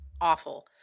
Awful